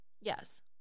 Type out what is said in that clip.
Yes